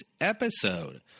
episode